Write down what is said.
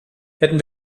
hätten